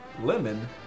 lemon